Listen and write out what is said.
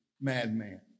madman